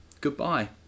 goodbye